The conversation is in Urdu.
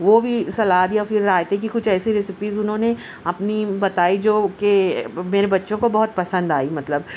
وہ بھی سلاد یا پھر رائتے کی کچھ ایسی ریسپیز انہوں نے اپنی بتائی جوکہ میرے بچوں کو بہت پسند آئی مطلب